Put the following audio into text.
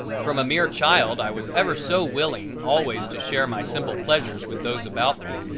from a mere child i was ever so willing always to share my simple pleasures with those about me,